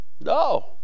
No